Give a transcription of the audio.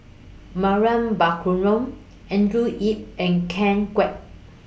Mariam Baharom Andrew Yip and Ken Kwek